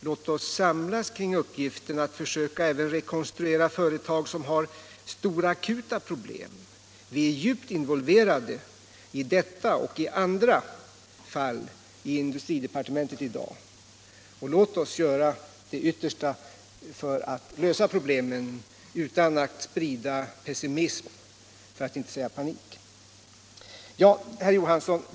Låt oss samlas kring uppgiften att även söka rekonstruera företag som har stora akuta problem! Vi är djupt involverade i detta och i andra fall i industridepartementet i dag. Låt oss göra det yttersta för att lösa problemen utan att sprida pessimism — för att inte säga panik.